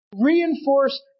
reinforce